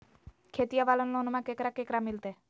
खेतिया वाला लोनमा केकरा केकरा मिलते?